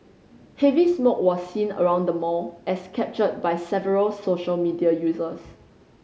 heavy smoke was seen around the mall as captured by several social media users